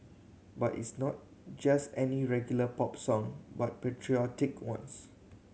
but it's not just any regular pop song but patriotic ones